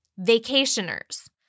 vacationers